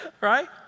right